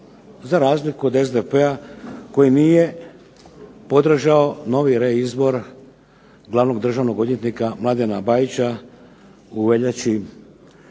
za razliku od SDP-a koji nije podržao novi reizbor glavnog državnog odvjetnika Mladena Bajića u veljači